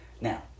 Now